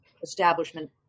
establishment